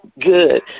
good